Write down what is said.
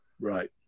Right